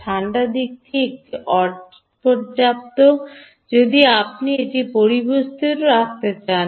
ঠান্ডা দিকটি এটি অপর্যাপ্ত যদি আপনি এটি পরিবেষ্টিতকে ডানদিকে রাখেন